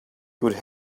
would